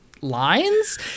lines